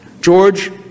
George